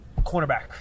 Cornerback